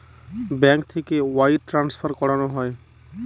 bank থেকে wire transfer করানো হয়